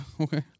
Okay